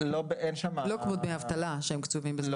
לא כמו דמי אבטלה שהם קצובים בזמן?